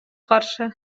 каршы